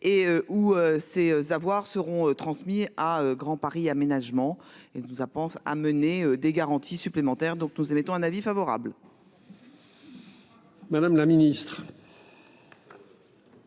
et où c'est savoir seront transmis à Grand Paris Aménagement et nous ça pense à mener des garanties supplémentaires, donc nous émettons un avis favorable. Madame la Ministre.